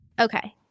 Okay